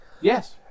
Yes